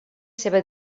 seva